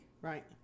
Right